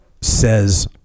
says